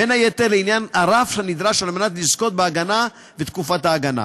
בין היתר לעניין הרף הנדרש כדי לזכות בהגנה ותקופת ההגנה.